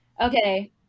Okay